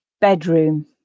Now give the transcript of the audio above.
Bedroom